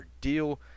deal